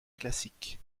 classique